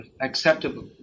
acceptable